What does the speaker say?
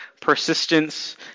persistence